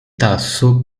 tasso